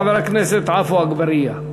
חבר הכנסת עפו אגבאריה.